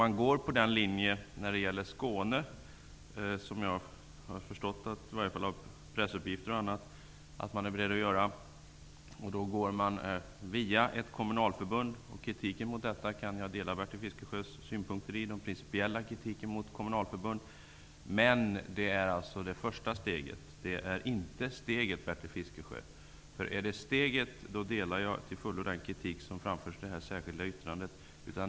När det gäller Skåne går man på den linje som jag av pressuppgifter bl.a. har förstått att man är beredd att göra, vilket innebär att man går via ett kommunalförbund. Jag kan dela Bertil Fiskesjös principiella kritik mot kommunalförbund. Men detta är det första steget. Det är inte steget, Bertil Fiskesjö. Om det är steget, delar jag till fullo den kritik som har framförts i det särskilda yttrandet.